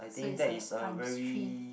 so it's a times three